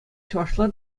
чӑвашла